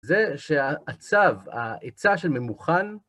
זה שהעצב, העצה של ממוכן,